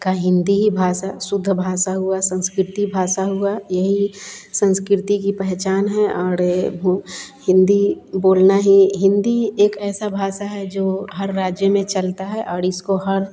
की हिंदी ही भाषा शुद्ध भाषा हुआ संस्कृति भाषा हुआ यहीं संस्कृति की पहचान है और हिंदी बोलना ही हिंदी एक ऐसी भाषा है जो हर राज्य में चलती है और इसको हर